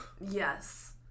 Yes